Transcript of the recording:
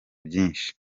byinshi